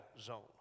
zone